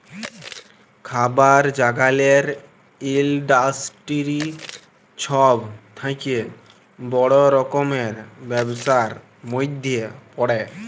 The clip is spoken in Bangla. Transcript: খাবার জাগালের ইলডাসটিরি ছব থ্যাকে বড় রকমের ব্যবসার ম্যধে পড়ে